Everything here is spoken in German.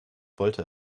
wollte